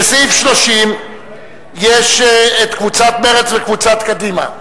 לסעיף 30 יש הסתייגות של קבוצת מרצ וקבוצת קדימה.